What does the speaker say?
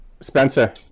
Spencer